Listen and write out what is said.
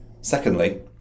Secondly